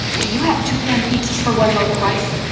do you have to pan pizzas for one low price